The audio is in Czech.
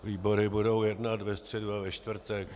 Výbory budou jednat ve středu a ve čtvrtek.